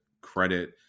credit